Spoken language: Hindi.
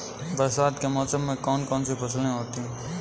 बरसात के मौसम में कौन कौन सी फसलें होती हैं?